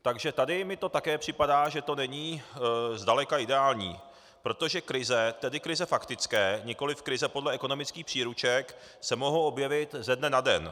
Takže tady mi také připadá, že to není zdaleka ideální, protože krize, tedy krize faktické, nikoliv krize podle ekonomických příruček, se mohou objevit ze dne na den.